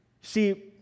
See